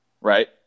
Right